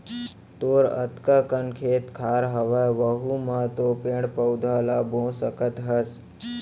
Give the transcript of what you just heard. तोर अतका कन खेत खार हवय वहूँ म तो पेड़ पउधा ल बो सकत हस